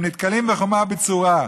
הם נתקלים בחומה בצורה.